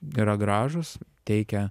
yra gražūs teikia